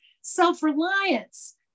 self-reliance